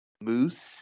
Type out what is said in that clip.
Moose